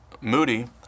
Moody